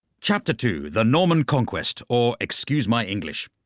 chapter two the norman conquest or excuse my english.